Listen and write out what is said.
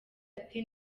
ati